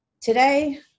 today